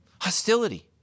Hostility